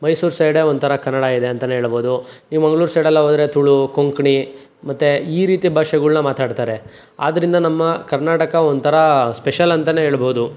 ಮೈಸೂರು ಸೈಡೆ ಒಂಥರ ಕನ್ನಡ ಇದೆ ಅಂತಲೇ ಹೇಳ್ಬೋದು ನೀವು ಮಂಗಳೂರು ಸೈಡೆಲ್ಲ ಹೋದ್ರೆ ತುಳು ಕೊಂಕಣಿ ಮತ್ತೇ ಈ ರೀತಿಯ ಭಾಷೆಗಳ್ನ ಮಾತಾಡ್ತಾರೆ ಆದರಿಂದ ನಮ್ಮ ಕರ್ನಾಟಕ ಒಂಥರ ಸ್ಪೆಷಲ್ ಅಂತಲೇ ಹೇಳ್ಬೋದು